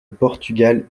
portugal